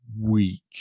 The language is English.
week